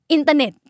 Internet